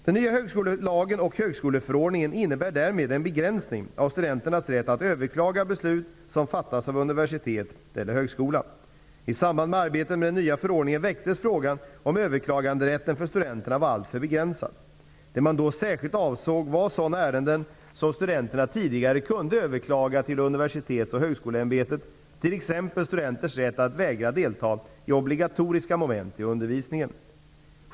Den nya högskolelagen och högskoleförordningen innebär därmed en begränsning av studenternas rätt att överklaga beslut som fattas av universitet eller högskola. I samband med arbetet med den nya förordningen väcktes frågan huruvida överklaganderätten för studenterna var alltför begränsad. Det man då särskilt avsåg var sådana ärenden som studenterna tidigare kunde överklaga till Universitets och högskoleämbetet, t.ex. studenters rätt att vägra delta i obligatoriska moment i undervisningen.